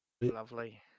Lovely